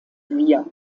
wir